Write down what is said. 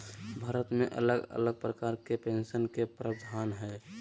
भारत मे अलग अलग प्रकार के पेंशन के प्रावधान हय